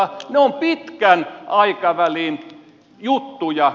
ne ovat pitkän aikavälin juttuja